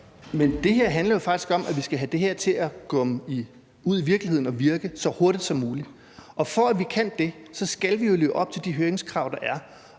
Men det her handler jo faktisk om, at vi skal have det her til at komme ud at virke i virkeligheden så hurtigt som muligt, og for at vi kan det, så skal vi jo leve op til de høringskrav, der er.